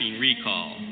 recall